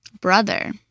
brother